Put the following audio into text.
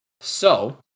So-